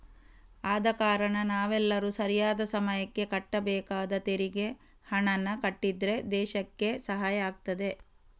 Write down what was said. ಆದ ಕಾರಣ ನಾವೆಲ್ಲರೂ ಸರಿಯಾದ ಸಮಯಕ್ಕೆ ಕಟ್ಟಬೇಕಾದ ತೆರಿಗೆ ಹಣಾನ ಕಟ್ಟಿದ್ರೆ ದೇಶಕ್ಕೆ ಸಹಾಯ ಆಗ್ತದೆ